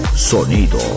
Sonido